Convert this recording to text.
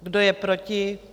Kdo je proti?